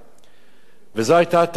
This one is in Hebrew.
וזו היתה טעות, מה לעשות.